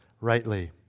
rightly